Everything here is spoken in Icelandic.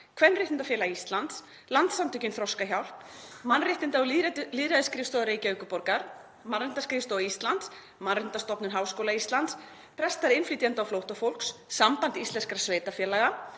Kvenréttindafélag Íslands, Landssamtökin Þroskahjálp, Mannréttinda- og lýðræðisskrifstofa Reykjavíkurborgar, Mannréttindaskrifstofa Íslands, Mannréttindastofnun Háskóla Íslands, prestar innflytjenda og flóttafólks, Samband íslenskra sveitarfélaga,